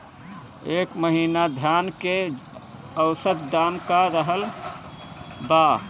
एह महीना धान के औसत दाम का रहल बा?